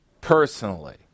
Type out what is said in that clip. personally